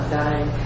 dying